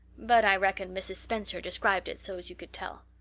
but i reckon mrs. spencer described it so's you could tell.